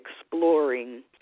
exploring